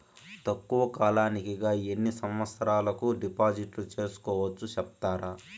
తక్కువ కాలానికి గా ఎన్ని సంవత్సరాల కు డిపాజిట్లు సేసుకోవచ్చు సెప్తారా